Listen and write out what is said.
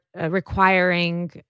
requiring